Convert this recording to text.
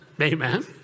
Amen